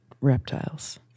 reptiles